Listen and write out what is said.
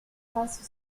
trace